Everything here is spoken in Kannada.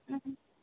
ಹ್ಞ ಹ್ಞ